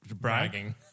bragging